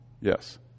Yes